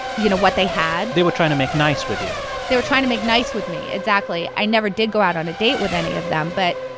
you know, what they had they were trying to make nice with you they were trying to make nice with me, exactly. i never did go out on a date with any of them, but,